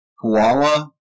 Koala